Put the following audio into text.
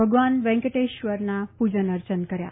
ભગવાન વેંકટેશ્વરના પુજન અર્ચન કર્યા